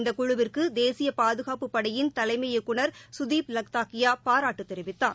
இந்தக் குழுவிற்கு தேசிய பாதுகாப்புப் படையின் தலைமை இயக்குநர் கதீப் லக்தாக்கியா பாராட்டு தெரிவித்தார்